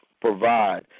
provide